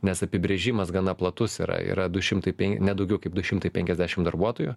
nes apibrėžimas gana platus yra yra du šimtai ne daugiau kaip du šimtai penkiasdešim darbuotojų